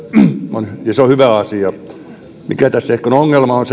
on hyvä asia mikä tässä on ongelma on